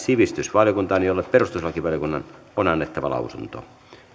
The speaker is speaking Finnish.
sivistysvaliokuntaan jolle perustuslakivaliokunnan on annettava lausunto